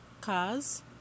cars